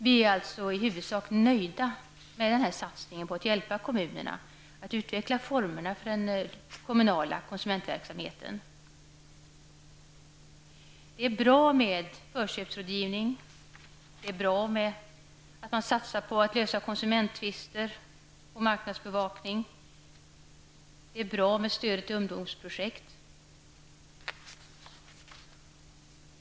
Vi är alltså i huvudsak nöjda med den aktuella satsningen på att hjälpa kommunerna när det gäller att utveckla formerna för den kommunala konsumentverksamheten. Förköpsrådgivning är bra, och det är bra att man satsar på att lösa konsumenttvister samt på marknadsbevakning. Det är bra med stöd till ungdomsprojekt.